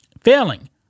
Failing